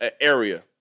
area